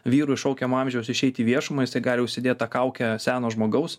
vyrui šaukiamo amžiaus išeit į viešumą jisai gali užsidėt tą kaukę seno žmogaus